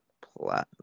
Platinum